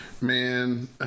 Man